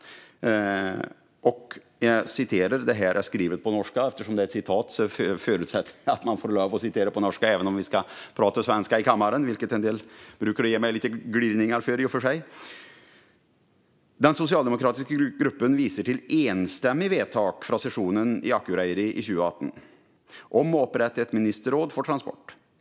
Det är skrivet på norska, men eftersom det är ett citat förutsätter jag att man får lov att läsa upp det även om vi ska prata svenska i kammaren, vilket en del brukar ge mig lite gliringar för: "Den sosialdemokratiske gruppen viser till enstemmige vedtak fra sesjonen i Akureyri i 2018 . om å opprette et ministerråd for transport.